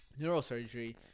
neurosurgery